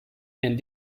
and